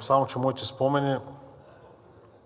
само че моите спомени